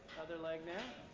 other leg now.